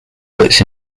bullets